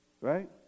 Right